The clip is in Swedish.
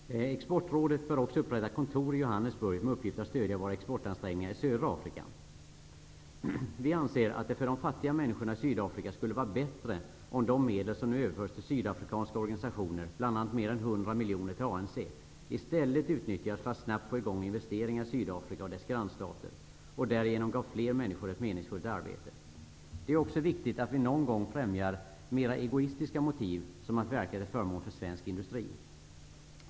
Exportrådet bör också upprätta kontor i Johannesburg med uppgift att stödja våra exportansträngningar i södra Afrika. Vi i Ny demokrati anser att det för de fattiga människorna i Sydafrika skulle vara bättre om de medel som överförs till sydafrikanska organisationer, bl.a. mer än 100 miljoner kronor till ANC, i stället utnyttjas för att snabbt starta nya investeringar i Sydafrika och dess grannstater. Därigenom skulle fler människor få ett meningsfullt arbete. Det är också viktigt att vi någon gång främjar mera egoistiska motiv -- som att verka till förmån för svensk industri.